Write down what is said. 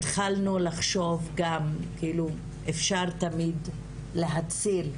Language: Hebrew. התחלנו לחשוב גם שאפשר תמיד להציל.